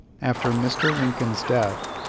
after mr. lincoln's death,